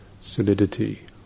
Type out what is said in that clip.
solidity